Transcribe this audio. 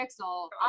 Pixel